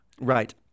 Right